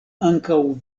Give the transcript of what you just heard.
ankaŭ